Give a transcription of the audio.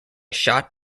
shot